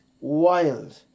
wild